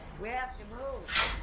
we have to move!